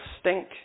stink